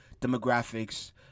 demographics